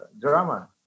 drama